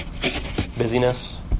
busyness